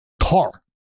car